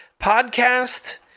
podcast